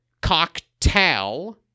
Cocktail